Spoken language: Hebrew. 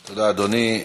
תודה, אדוני.